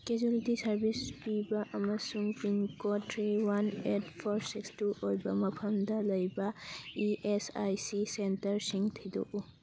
casualty service ꯄꯤꯕ ꯑꯃꯁꯨꯡ pin code three one eight four six two ꯑꯣꯏꯕ ꯃꯐꯝꯗ ꯂꯩꯕ ꯏ ꯑꯦꯁ ꯑꯥꯏ ꯁꯤ ꯁꯦꯟꯇꯔꯁꯤꯡ ꯊꯤꯗꯣꯛꯎ